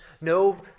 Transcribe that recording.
no